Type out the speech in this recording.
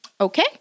okay